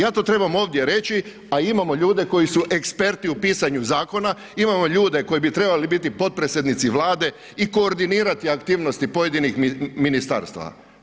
Ja to trebam ovdje reći a imamo ljudi koji su eksperti u pisanju zakona, imamo ljude koji bi trebali biti potpredsjednici Vlade i koordinirati aktivnosti pojedinih ministarstava.